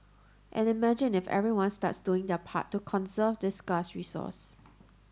and imagine if everyone starts doing their part to conserve this scarce resource